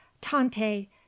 Tante